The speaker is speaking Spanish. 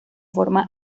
forma